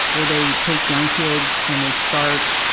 where they take young kids and they start,